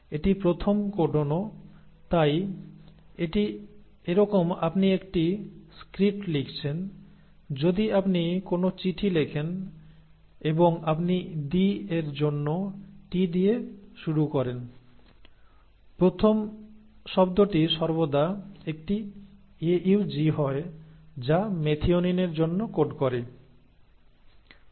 এটি প্রথম কোডনও তাই এটি এরকম আপনি একটি স্ক্রিপ্ট লিখছেন যদি আপনি কোনও চিঠি লেখেন এবং আপনি "the" এর জন্য T দিয়ে শুরু করেন প্রথম শব্দটি সর্বদা একটি AUG হয় যা মেথিওনিনের জন্য কোড করে